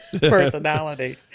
personality